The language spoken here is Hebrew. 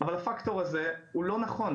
אבל הפקטור הזה הוא לא נכון,